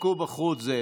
תבדקו בחוץ.